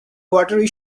water